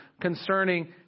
concerning